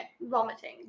vomiting